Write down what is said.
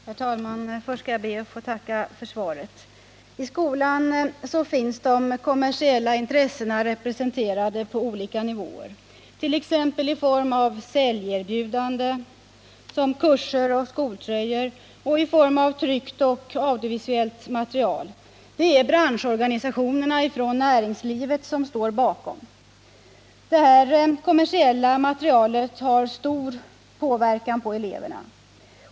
Herr talman! Jag ber att få tacka för svaret. I skolan finns de kommersiella intressena representerade på olika nivåer — i form av säljerbjudanden av t.ex. kurser och skoltröjor och i form av tryckt eller audivisuellt material. Det är näringslivets branschorganisationer som står bakom. Detta kommersiella material har stor påverkan på eleverna.